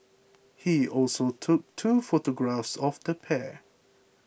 he also took two photographs of the pair